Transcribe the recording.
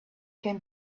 came